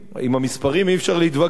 עם המספרים אי-אפשר להתווכח.